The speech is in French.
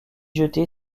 jeté